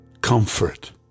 comfort